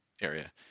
area